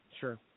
Sure